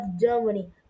Germany